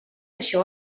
això